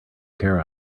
care